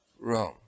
Rome